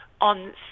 on